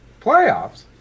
Playoffs